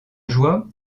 joie